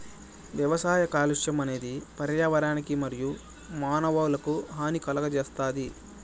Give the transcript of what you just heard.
వ్యవసాయ కాలుష్యం అనేది పర్యావరణానికి మరియు మానవులకు హాని కలుగజేస్తాది